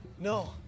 No